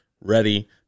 ready